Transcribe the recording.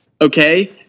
okay